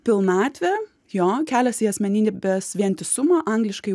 pilnatvė jo kelias į asmenybės vientisumą angliškai